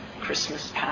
Christmas